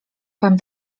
pan